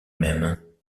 même